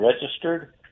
registered